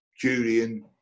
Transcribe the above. Julian